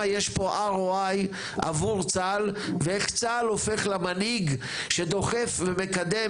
יש פה ROI עבור צה"ל ואיך צה"ל הופך למנהיג שדוחף ומקדם